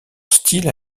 style